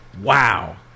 Wow